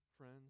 Friends